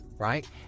right